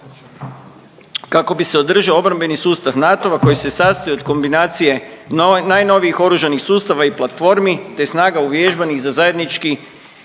kako bi se održao obrambeni sustav NATO-a koji se sastoji od kombinacije najnovijih oružanih sustava i platformi, te snaga uvježbanih za zajednički